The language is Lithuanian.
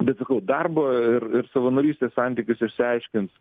bet sakau darbo ir ir savanorystės santykius išsiaiškins